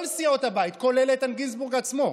כל סיעות הבית, כולל איתן גינזבורג עצמו,